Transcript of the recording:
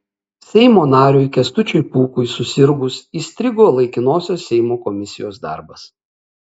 seimo nariui kęstučiui pūkui susirgus įstrigo laikinosios seimo komisijos darbas